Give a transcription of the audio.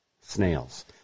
Snails